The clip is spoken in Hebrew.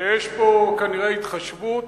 ויש פה כנראה התחשבות,